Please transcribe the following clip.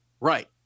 right